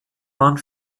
waren